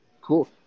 Cool